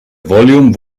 volume